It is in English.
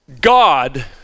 God